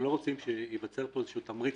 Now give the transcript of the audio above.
אנחנו לא רוצים שייווצר פה איזשהו תמריץ